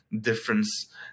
difference